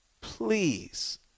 Please